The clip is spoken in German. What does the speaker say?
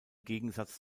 gegensatz